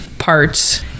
Parts